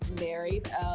married